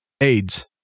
AIDS